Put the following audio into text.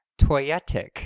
toyetic